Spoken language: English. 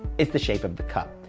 it's the shape of the cup.